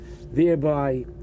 thereby